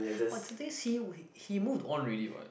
but the thing is see he move on already what